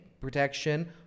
protection